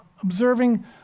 observing